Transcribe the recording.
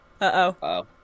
Uh-oh